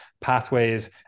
pathways